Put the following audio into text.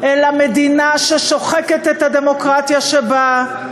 אלא מדינה ששוחקת את הדמוקרטיה שבה,